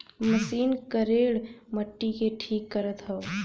machine करेड़ मट्टी के ठीक करत हौ